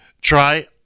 Try